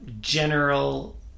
general